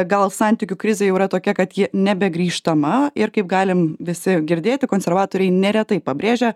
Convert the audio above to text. gal santykių krizė jau yra tokia kad ji nebegrįžtama ir kaip galim visi girdėti konservatoriai neretai pabrėžia